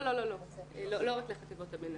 לא רק לחטיבות הבינים.